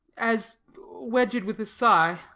as wedged with a sigh,